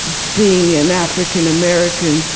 being an african american,